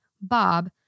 Bob